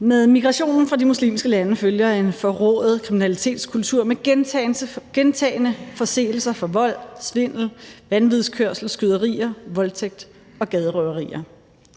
Med migrationen fra de muslimske lande følger en forrået kriminalitetskultur med gentagne forseelser for vold, svindel, vanvidskørsel, skyderier, voldtægt og gaderøverier.